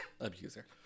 Abuser